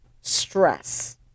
stress